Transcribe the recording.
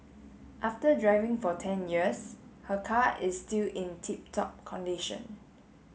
after driving for ten years her car is still in tip top condition